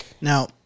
Now